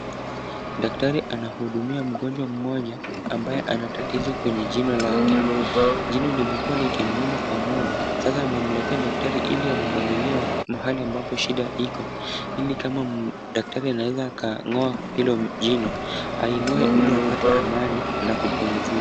Daktari anahudumia mgonjwa mmoja ambaye ana tatizo kwenye jino lake. Jino limekuwa likimuuma kwa muda sasa amemletea daktari ili amuangalilie mahali ambapo shida iko ili kama daktari anaweza akang'oa hilo jino aing'oe ili apate amani na kupumzika.